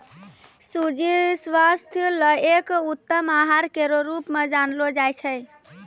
सूजी स्वास्थ्य ल एक उत्तम आहार केरो रूप म जानलो जाय छै